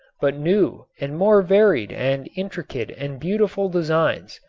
but new and more varied and intricate and beautiful designs,